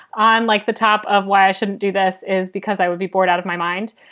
i'm like the top of why i shouldn't do this is because i would be bored out of my mind.